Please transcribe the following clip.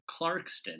Clarkston